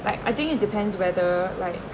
like I think it depends whether like